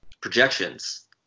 projections